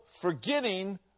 forgetting